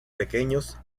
pequeños